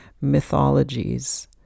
mythologies